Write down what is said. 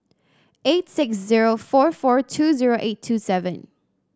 eight six zero four four two zero eight two seven